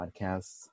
podcasts